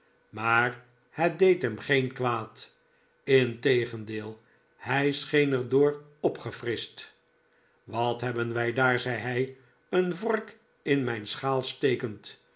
maar het deed hem geen kwaad integendeel hij scheen er door opgefrischt wat hebben wij daar zei hij een vork in mijn schaal stekend